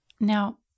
Now